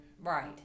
Right